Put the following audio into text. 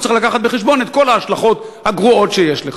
הוא צריך להביא בחשבון את כל ההשלכות הגרועות שיש לכך.